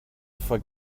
for